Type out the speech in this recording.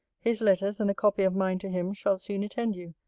his letters and the copy of mine to him, shall soon attend you.